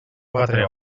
quatre